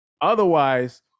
Otherwise